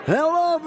Hello